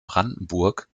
brandenburg